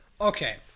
Okay